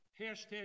hashtag